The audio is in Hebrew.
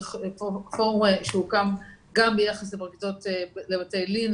זה פורום שהוקם גם ביחס לפרקליטות לבתי לין,